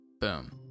Boom